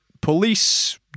police